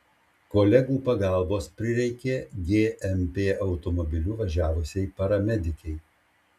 kolegų pagalbos prireikė gmp automobiliu važiavusiai paramedikei